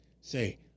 say